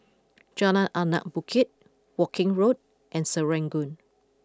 Jalan Anak Bukit Woking Road and Serangoon